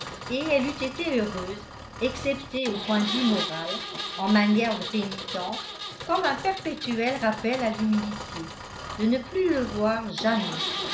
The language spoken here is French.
et elle eût été heureuse excepté au point de vue moral en manière de pénitence comme un perpétuel rappel à l'humilité de ne plus le voir jamais